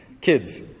Kids